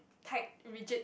tight rigid